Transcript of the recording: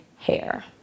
hair